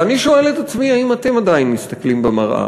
ואני שואל את עצמי: האם אתם עדיין מסתכלים במראה